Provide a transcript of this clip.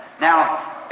Now